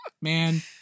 Man